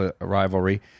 rivalry